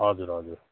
हजुर हजुर